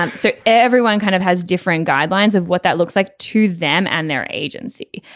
um so everyone kind of has different guidelines of what that looks like to them and their agency.